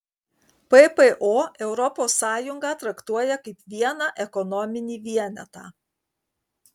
ppo europos sąjungą traktuoja kaip vieną ekonominį vienetą